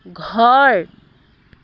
ঘৰ